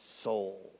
soul